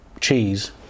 cheese